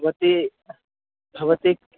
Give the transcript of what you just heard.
भवती भवती